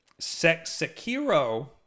Sekiro